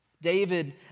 David